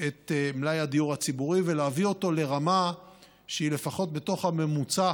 את מלאי הדיור הציבורי ולהביא אותו לרמה שהיא לפחות בתוך הממוצע,